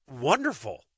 wonderful